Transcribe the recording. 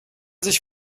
sich